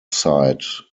site